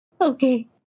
okay